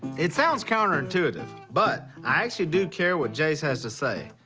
it sounds counterintuitive, but i actually do care what jase has to say.